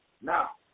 Now